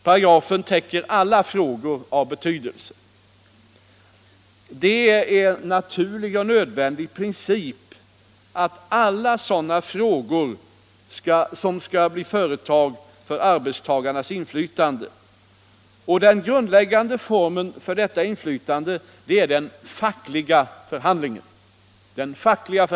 Paragrafen täcker alla frågor av betydelse. Det är en naturlig och nödvändig princip att alla sådana frågor skall | bli föremål för arbetstagarnas inflytande, och den grundläggande formen för detta inflytande är den fackliga förhandlingen.